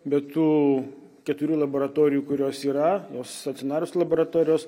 be tų keturių laboratorijų kurios yra jos stacionarios laboratorijos